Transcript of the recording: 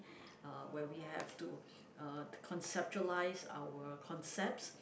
uh where we have to uh to conceptualise our concepts